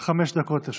לרשותך.